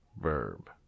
verb